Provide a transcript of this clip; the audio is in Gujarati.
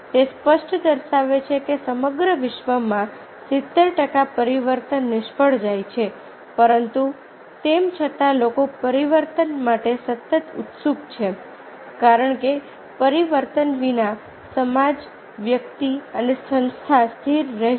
તે સ્પષ્ટ દર્શાવે છે કે સમગ્ર વિશ્વમાં સિત્તેર ટકા પરિવર્તન નિષ્ફળ જાય છે પરંતુ તેમ છતાં લોકો પરિવર્તન માટે સતત ઉત્સુક છે કારણ કે પરિવર્તન વિના સમાજ વ્યક્તિ અને સંસ્થા સ્થિર રહેશે